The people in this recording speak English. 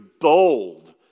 bold